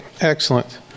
excellent